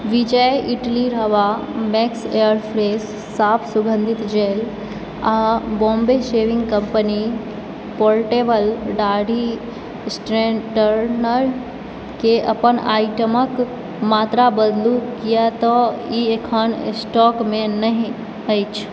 विजय idli rava Max airfresh साफ सुगन्धित gel आ बॉम्बे शेविङ्ग कम्पनी पोर्टेबल दाढ़ी स्ट्रेटनर के अपन आइटम क मात्रा बदलू किएक तँ ई एखन स्टॉक मे नहि अछि